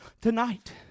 tonight